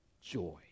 joy